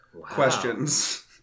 questions